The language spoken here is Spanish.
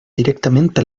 directamente